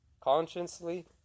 consciously